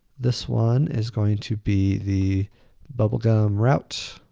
this one is going to be the bubblegum route.